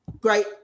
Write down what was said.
great